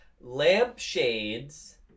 Lampshades